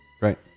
Right